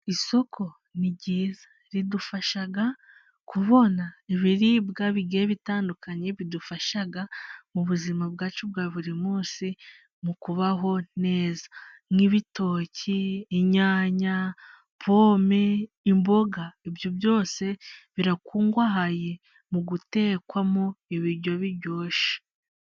Isoko ni ryiza ridufasha kubona ibiribwa bigiye bitandukanye, bidufasha mu buzima bwacu bwa buri munsi, mu kubaho neza. Nk'ibitoki, inyanya, pome, imboga. Ibyo byose birakungahaye mu gutekwamo ibiryo biryoshye.